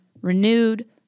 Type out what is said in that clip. renewed